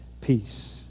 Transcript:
peace